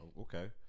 okay